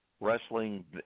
wrestling